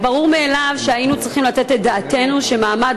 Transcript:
תיקון לחוק העונשין שלא נתן את דעתו בכל מה שקשור במעמד